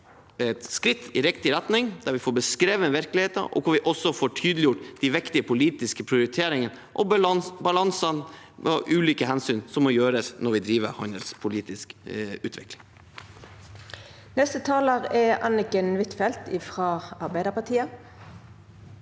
et skritt i riktig retning der vi får beskrevet virkeligheten, og hvor vi også får tydeliggjort de viktige politiske prioriteringene og balansen mellom ulike hensyn som må gjøres når vi driver handelspolitisk utvikling. Anniken Huitfeldt (A) Jeg